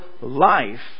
life